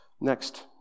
next